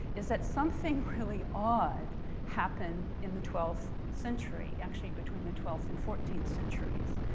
is that something really odd happened in the twelfth century, actually between the twelfth and fourteenth centuries.